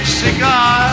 cigar